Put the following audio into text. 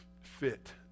fit